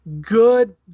Good